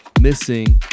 missing